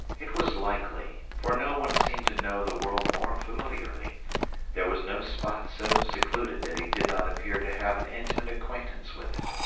it was likely, for no one seemed to know the world more familiarly there was no spot so secluded that he did not appear to have an intimate acquaintance with it.